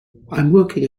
working